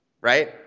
Right